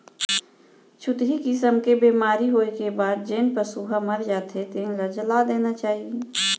छुतही किसम के बेमारी होए के बाद जेन पसू ह मर जाथे तेन ल जला देना चाही